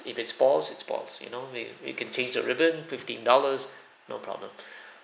if it spoils it spoils you know may you can change the ribbon fifteen dollars no problem